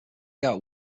got